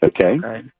Okay